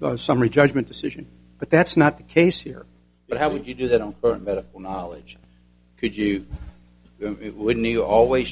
a summary judgment decision but that's not the case here but how would you do that on her medical knowledge could you would new always